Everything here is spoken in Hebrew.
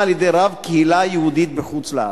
על-ידי רב קהילה יהודית בחוץ-לארץ.